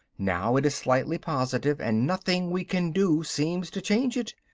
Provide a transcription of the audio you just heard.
now it is slightly positive and nothing we can do seems to change it.